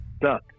Duck